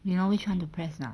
you know which [one] to press or not